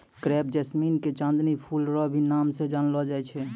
crepe jasmine के चांदनी फूल रो भी नाम से जानलो जाय छै